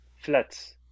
flats